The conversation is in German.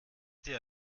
dir